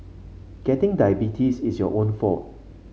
getting diabetes is your own fault